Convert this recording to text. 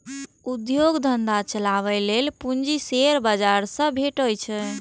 उद्योग धंधा चलाबै लेल पूंजी शेयर बाजार सं भेटै छै